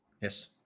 Yes